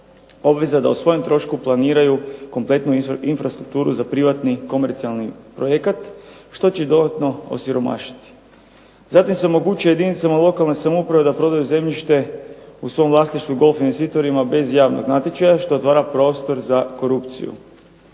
obveza da o svojem trošku planiraju kompletnu infrastrukturu za privatni komercijalni projekat, što će dodatno osiromašiti. Zatim se omogućuje jedinicama lokalne samouprave da prodaju zemljište u svom vlasništvu golf investitorima bez javnog natječaja, što otvara prostor za korupciju.